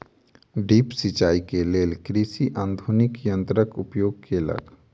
drip सिचाई के लेल कृषक आधुनिक यंत्रक उपयोग केलक